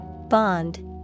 Bond